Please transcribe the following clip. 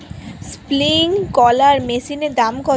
Sprinkler মেশিনের দাম কত?